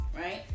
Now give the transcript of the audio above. right